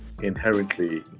inherently